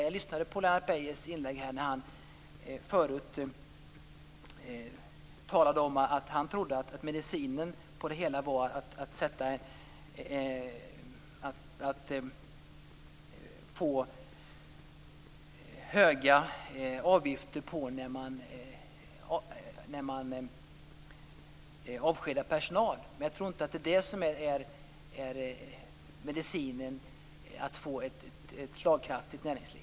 Jag lyssnade på Lennart Beijers inlägg här tidigare när han sade att han trodde att medicinen för det hela är att ha höga avgifter när personal avskedas. Jag tror dock inte att det är medicinen för att få ett slagkraftigt näringsliv.